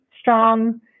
strong